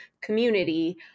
community